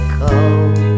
cold